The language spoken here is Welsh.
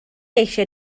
eisiau